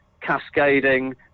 cascading